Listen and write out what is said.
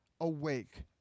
awake